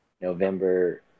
November